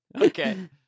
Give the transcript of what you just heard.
Okay